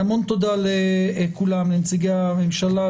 המון תודה לכולם: לנציגי הממשלה,